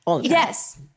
Yes